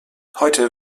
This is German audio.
heute